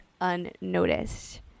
unnoticed